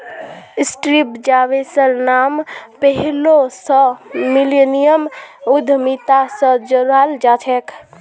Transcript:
Steve जॉब्सेर नाम पैहलौं स मिलेनियम उद्यमिता स जोड़ाल जाछेक